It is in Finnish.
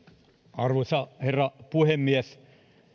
arvoisa herra puhemies